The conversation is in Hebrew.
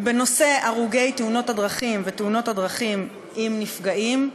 את נושא הרוגי תאונות הדרכים ותאונות הדרכים עם נפגעים,